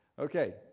Okay